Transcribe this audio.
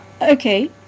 okay